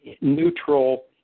neutral